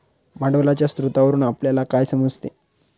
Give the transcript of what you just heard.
भांडवलाच्या स्रोतावरून आपल्याला काय समजते?